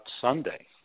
Sunday